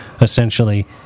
essentially